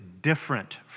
different